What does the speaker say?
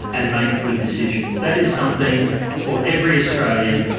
and make good decisions. that is something for every australian,